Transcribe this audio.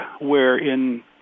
wherein